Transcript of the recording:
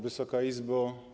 Wysoka Izbo!